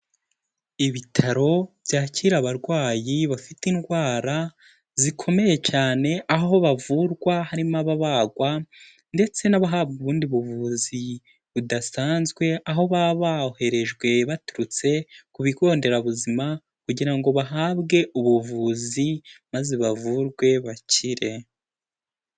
Ibitaro byakira abarwayi bafite indwara zikomeye cyane, aho bavurwa harimo ababagwa ndetse n'abahabwa ubundi buvuzi budasanzwe, aho baba boherejwe baturutse ku bigo nderabuzima kugira ngo bahabwe ubuvuzi maze bavurwe bakire.